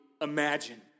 imagine